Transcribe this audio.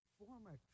former